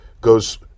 goes